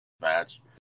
match